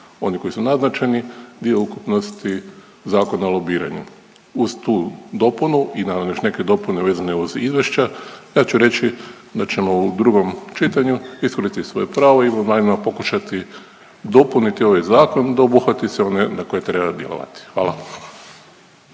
oni koji su naznačeni dio ukupnosti Zakona o lobiranju. Uz tu dopunu i naravno još neke dopune vezane uz izvješća ja ću reći da ćemo u drugom čitanju iskoristiti svoje pravo i pokušati dopuniti ovaj zakon da obuhvati sve one na koje treba djelovati. Hvala.